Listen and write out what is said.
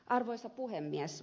arvoisa puhemies